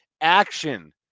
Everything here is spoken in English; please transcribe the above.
action